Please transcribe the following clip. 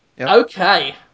Okay